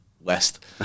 west